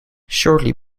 shortly